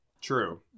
True